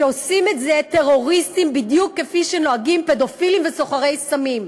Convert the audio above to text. ועושים את זה טרוריסטים בדיוק כפי שנוהגים פדופילים וסוחרי סמים.